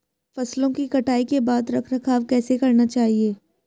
फसलों की कटाई के बाद रख रखाव कैसे करना चाहिये?